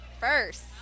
First